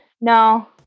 no